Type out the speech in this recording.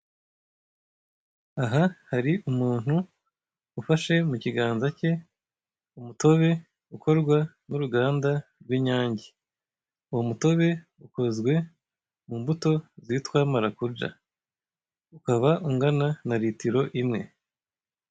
Aha hari umuntu ufashe mu kiganza cye umutobe ukorwa n'uruganda rw'inyange. Uwo mutobe ukozwe mu mbuto zitwa marakuja ukaba ungana na litiro imwe.